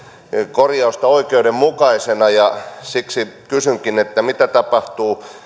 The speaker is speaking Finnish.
korjausta oikeudenmukaisena ja siksi kysynkin mitä tapahtuu